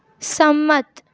સંમત